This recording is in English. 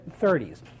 30s